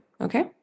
okay